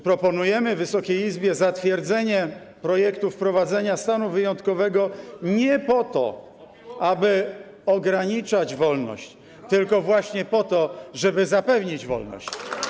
Proponujemy Wysokiej Izbie zatwierdzenie projektu wprowadzenia stanu wyjątkowego nie po to, aby ograniczać wolność, tylko właśnie po to, żeby zapewnić wolność.